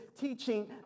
teaching